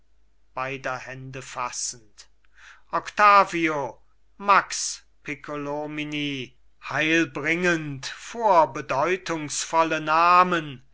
beider hände fassend octavio max piccolomini heilbringend vorbedeutungsvolle namen